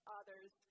others